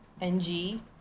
NG